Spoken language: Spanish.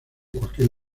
cualquier